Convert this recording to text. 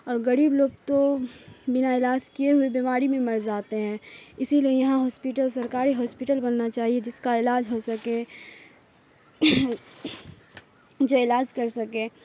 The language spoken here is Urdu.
اور غریب لوگ تو بنا علاج کیے ہوئے بیماری میں مر جاتے ہیں اسی لیے یہاں ہاسپیٹل سرکاری ہاسپیٹل بننا چاہیے جس کا علاج ہو سکے جو علاج کر سکے